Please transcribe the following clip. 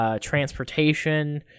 transportation